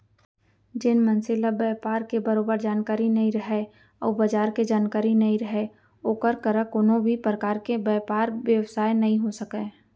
जेन मनसे ल बयपार के बरोबर जानकारी नइ रहय अउ बजार के जानकारी नइ रहय ओकर करा कोनों भी परकार के बयपार बेवसाय नइ हो सकय